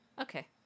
Okay